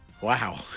Wow